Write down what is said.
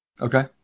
Okay